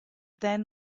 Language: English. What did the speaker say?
then